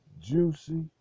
juicy